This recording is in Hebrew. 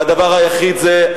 והדבר היחיד זה,